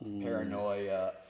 paranoia